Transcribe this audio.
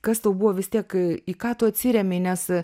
kas tau buvo vis tiek į ką tu atsiremei nes